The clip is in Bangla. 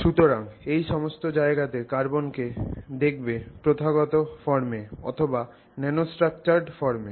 সুতরাং ওই সমস্ত জায়গাতে কার্বনকে দেখবে প্রথাগত ফর্মে অথবা ন্যানোস্ট্রাকচারড ফর্মে